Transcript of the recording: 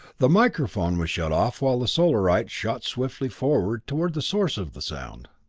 the microphone was shut off while the solarite shot swiftly forward toward the source of the sound.